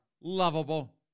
lovable